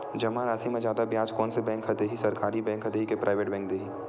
जमा राशि म जादा ब्याज कोन से बैंक ह दे ही, सरकारी बैंक दे हि कि प्राइवेट बैंक देहि?